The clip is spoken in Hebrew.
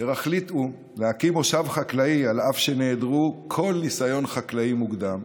אשר החליטו להקים מושב חקלאי אף שחסרו כל ניסיון חקלאי מוקדם,